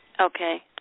Okay